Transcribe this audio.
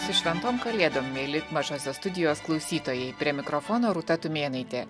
su šventom kalėdom mieli mažosios studijos klausytojai prie mikrofono rūta tumėnaitė